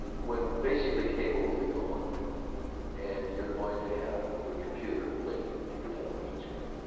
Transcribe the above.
when basically cable will be gone and you're going to have your computer linked to your television screen.